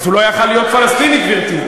אז הוא לא היה יכול להיות פלסטיני, גברתי.